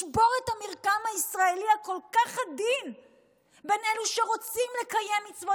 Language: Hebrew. לשבור את המרקם הישראלי הכל-כך עדין בין אלה שרוצים לקיים מצוות,